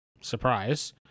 surprise